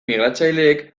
migratzaileek